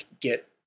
get